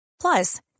Plus